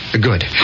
Good